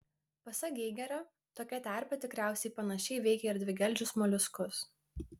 pasak geigerio tokia terpė tikriausiai panašiai veikia ir dvigeldžius moliuskus